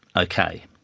okay.